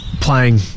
playing